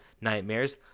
Nightmares